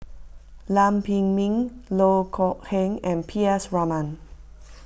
Lam Pin Min Loh Kok Heng and P S Raman